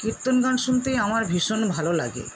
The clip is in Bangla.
কীর্তন গান শুনতেই আমার ভীষণ ভালো লাগে